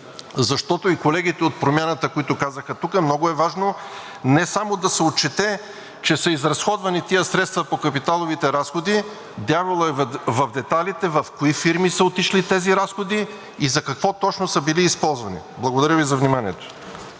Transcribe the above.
защото и колегите от Промяната, които казаха тук – много е важно не само да се отчете, че са изразходвани тези средства по капиталовите разходи – дяволът е в детайлите – в кои фирми са отишли тези разходи и за какво точно са били използвани. Благодаря Ви за вниманието.